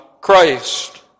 Christ